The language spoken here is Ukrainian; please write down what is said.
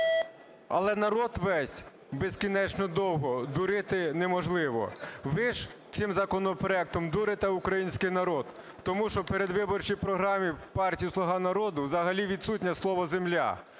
але народ весь безкінечно довго дурити неможливо". Ви ж цим законопроектом дурите український народ, тому що в передвиборчій програмі партії "Слуга народу" взагалі відсутнє слово "земля".